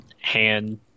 hand